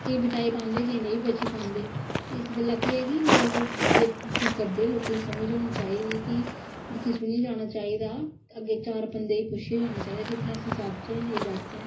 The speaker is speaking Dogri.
केंई बचाई पांदे केंई नेई बची पांदे इस गल्ला के कि लोक बेबकुफी करदे लोकें गी समझ होनी चाहिदी कि दिक्खी सुनियै जाना चाहिदा अग्गे चार बंदे गी पुच्छियै जाना चाहिदा कि अस जाह्चै नेईं जाह्चै